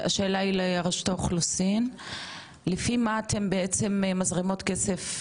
השאלה היא לרשות האוכלוסין: לפי מה אתן בעצם מזרימות כסף